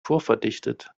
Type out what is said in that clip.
vorverdichtet